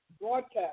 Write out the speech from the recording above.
broadcast